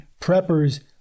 preppers